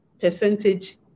percentage